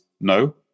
no